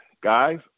guys